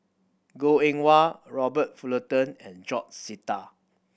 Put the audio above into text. Goh Eng Wah Robert Fullerton and George Sita